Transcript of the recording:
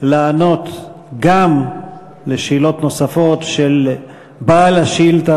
לענות על השאלות הנוספות של בעל השאילתה